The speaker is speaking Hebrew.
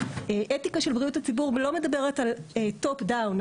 אתיקה של בריאות הציבור לא מדברת על טופ דאון,